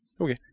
Okay